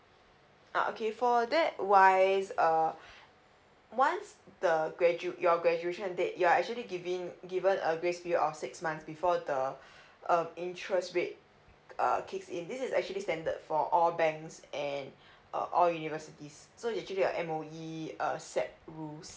ah okay for that wise err once the gradu~ your graduation date you are actually giving given a grace period of six months before the the um interest rate err kicks in this is actually standard for all banks and uh all universities so actually a M_O_E uh set rules